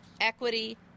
equity